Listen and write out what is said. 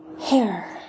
Hair